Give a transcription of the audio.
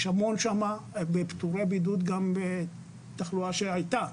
יש המון שם פטורי בידוד גם בתחלואה שהיתה,